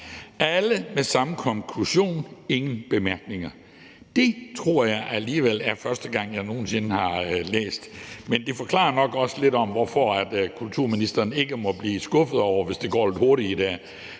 alle med samme konklusion: Ingen bemærkninger. Det tror jeg alligevel er første gang jeg nogen sinde har læst. Men det forklarer nok også lidt om, hvorfor kulturministeren ikke må blive skuffet over det, hvis det går lidt hurtigt i dag.